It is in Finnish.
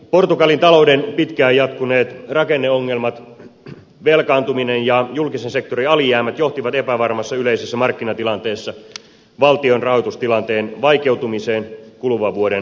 portugalin talouden pitkään jatkuneet rakenneongelmat velkaantuminen ja julkisen sektorin alijäämät johtivat epävarmassa yleisessä markkinatilanteessa valtion rahoitustilanteen vaikeutumiseen kuluvan vuoden alkukeväällä